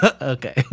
Okay